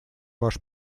ваш